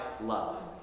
love